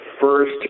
first